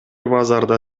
базарда